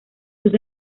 sus